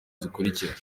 zikurikira